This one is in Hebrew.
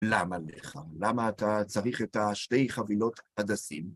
למה לך? למה אתה צריך את השתי חבילות הדסים?